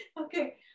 Okay